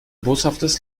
boshaftes